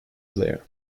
player